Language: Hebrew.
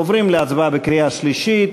עוברים להצבעה בקריאה שלישית.